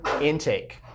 intake